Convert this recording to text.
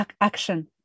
action